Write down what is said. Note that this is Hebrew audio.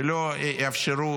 שלא יאפשרו